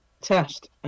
test